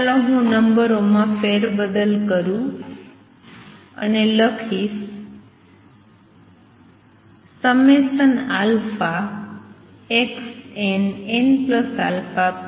ચાલો હું નંબરોમાં ફેરબદલ કરું અને આ લખીશ xnnαpnαn - vnp